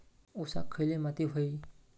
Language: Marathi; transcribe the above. ऊसाक खयली माती व्हयी?